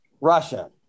Russia